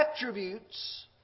attributes